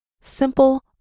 simple